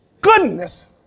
goodness